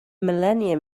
millennium